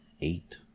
eight